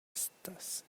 éstas